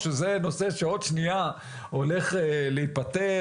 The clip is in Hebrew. שזה נושא שעוד שנייה הולך להיפתר.